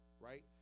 right